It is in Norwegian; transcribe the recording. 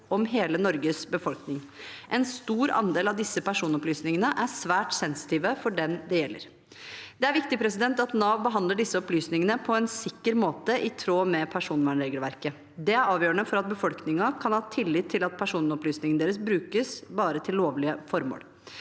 om hele Norges befolkning. En stor andel av disse personopplysningene er svært sensitive for den det gjelder. Det er viktig at Nav behandler disse opplysningene på en sikker måte, i tråd med personvernregelverket. Det er avgjørende for at befolkningen kan ha tillit til at personopplysningene deres brukes til bare lovlige formål.